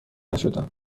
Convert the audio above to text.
نشدم